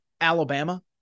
Alabama